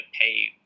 pay